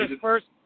first